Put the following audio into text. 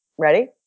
Ready